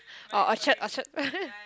or Orchard Orchard